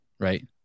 Right